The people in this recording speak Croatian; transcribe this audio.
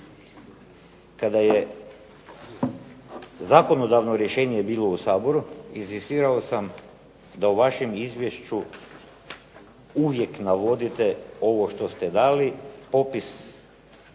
Kada je zakonodavno rješenje bilo u Saboru, inzistirao sam da u vašem izvješću uvijek navodite ovo što ste dali, popis